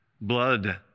blood